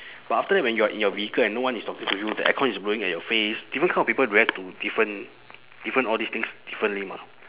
but after that when you are in your vehicle and no one is talking to you the aircon is blowing at your face different kind of people react to different different all these things differently mah